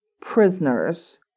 prisoners